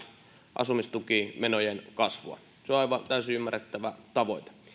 asumistukimenojen kasvua se on aivan täysin ymmärrettävä tavoite